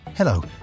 Hello